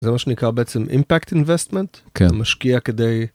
זה מה שנקרא בעצם impact investment משקיע כדי.